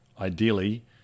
ideally